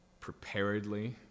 preparedly